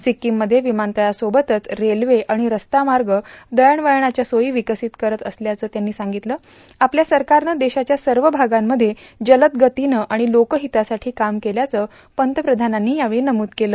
सिक्कीममध्ये विमानतळासोबतच रेल्वे आणि रस्ता मार्गे दळणवळणाच्या सोयी विकसित करत असल्याचं सांगत आपल्या सरकारनं देशाच्या सर्व भागांमध्ये जलद गतीनं आणि लोकहितासाठी काम केल्याचं पंतप्रधानांनी नमूद केलं